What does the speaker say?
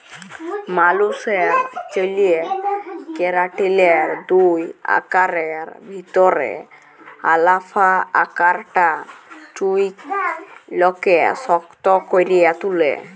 মালুসের চ্যুলে কেরাটিলের দুই আকারের ভিতরে আলফা আকারটা চুইলকে শক্ত ক্যরে তুলে